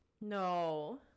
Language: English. No